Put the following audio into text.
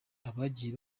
abagiye